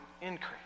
increase